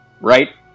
right